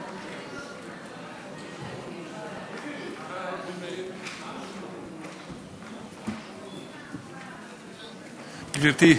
גברתי,